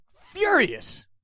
furious